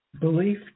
belief